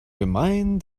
gemein